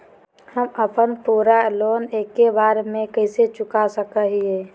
हम अपन पूरा लोन एके बार में कैसे चुका सकई हियई?